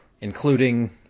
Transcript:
including